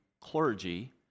clergy